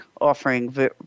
offering